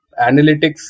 analytics